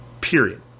Period